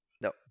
No